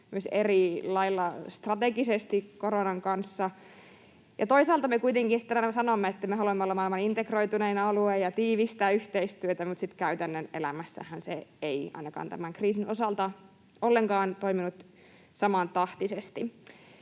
myös eri lailla strategisesti koronan kanssa. Toisaalta me aina sanomme, että me haluamme olla maailman integroitunein alue ja tiivistää yhteistyötä, mutta sitten kuitenkaan käytännön elämässä se ei ainakaan tämän kriisin osalta ollenkaan toiminut samantahtisesti.